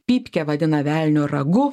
pypkę vadina velnio ragu